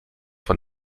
von